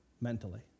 mentally